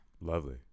Lovely